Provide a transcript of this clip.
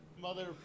Mother